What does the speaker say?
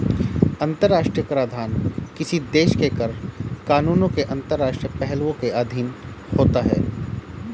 अंतर्राष्ट्रीय कराधान किसी देश के कर कानूनों के अंतर्राष्ट्रीय पहलुओं के अधीन होता है